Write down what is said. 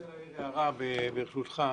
הערה, ברשותך.